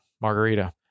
margarita